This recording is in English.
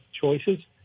choices